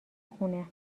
خونه